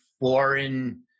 foreign